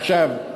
עכשיו,